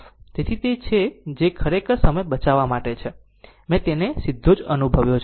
તેથી તે છે જે ખરેખર સમય બચાવવા માટે છે મેં તેને સીધો જ બનાવ્યો છે